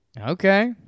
Okay